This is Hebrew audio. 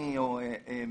אני כמובן